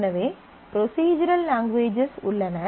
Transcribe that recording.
எனவே procedural languages உள்ளன